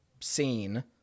scene